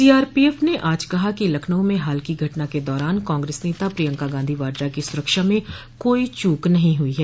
CRPF ने आज कहा कि लखनऊ में हाल की घटना के दौरान कांग्रेस नेता प्रियंका गांधी वाड्रा की सुरक्षा में कोई चूक नहीं हुई है